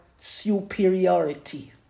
superiority